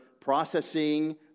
processing